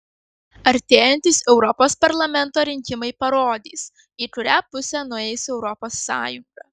artėjantys europos parlamento rinkimai parodys į kurią pusę nueis europos sąjunga